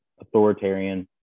authoritarian